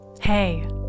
Hey